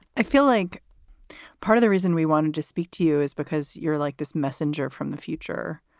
i feel like part of the reason we wanted to speak to you is because you're like this messenger from the future.